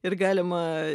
ir galima